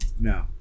No